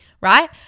right